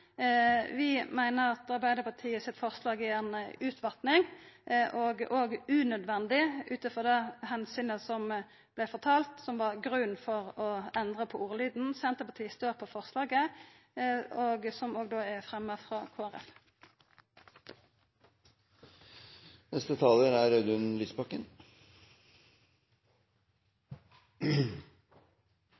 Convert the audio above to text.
Vi meiner at forslaget frå Arbeidarpartiet er ei utvatning, og òg unødvendig, ut frå det omsynet som blei fortalt som grunnen til å endra på ordlyden. Senterpartiet står bak forslaget, som òg er fremja av Kristeleg Folkeparti. Taxfree er